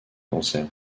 cancer